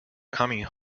coming